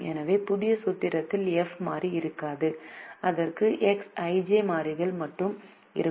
எனவே புதிய சூத்திரத்தில் f மாறி இருக்காது அதற்கு Xij மாறிகள் மட்டுமே இருக்கும்